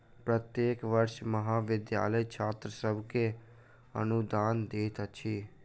प्रत्येक वर्ष महाविद्यालय छात्र सभ के अनुदान दैत अछि